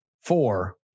Four